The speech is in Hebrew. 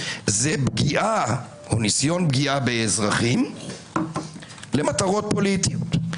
זה פגיעה או ניסיון פגיעה באזרחים למטרות פוליטיות.